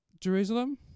jerusalem